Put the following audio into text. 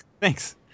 thanks